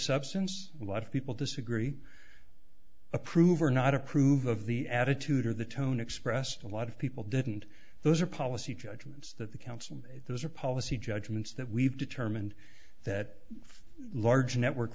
substance a lot of people disagree approve or not approve of the attitude or the tone expressed a lot of people didn't those are policy judgments that the council those are policy judgments that we've determined that large network